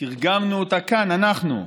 תרגמנו אותה כאן, אנחנו,